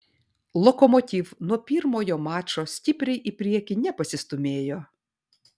lokomotiv nuo pirmojo mačo stipriai į priekį nepasistūmėjo